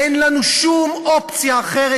אין לנו שום אופציה אחרת,